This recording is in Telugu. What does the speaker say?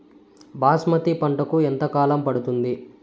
బాస్మతి పంటకు ఎంత కాలం పడుతుంది?